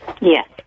Yes